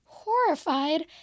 horrified